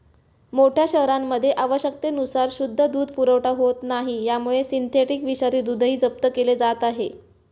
मोठ्या शहरांमध्ये आवश्यकतेनुसार शुद्ध दूध पुरवठा होत नाही त्यामुळे सिंथेटिक विषारी दूधही जप्त केले जात आहे